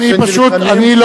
אני לא